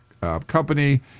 company